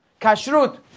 Kashrut